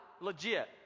legit